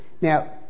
Now